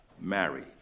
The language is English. married